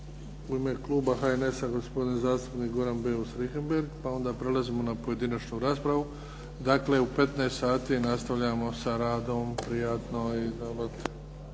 u ime kluba HNS-a gospodin zastupnik Goran Beus Richembergh pa onda prelazimo na pojedinačnu raspravu. Dakle, u 15 sati nastavljamo sa radom. Prijatno.